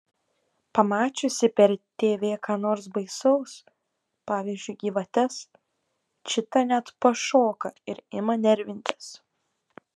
pamačiusi per tv ką nors baisaus pavyzdžiui gyvates čita net pašoka ir ima nervintis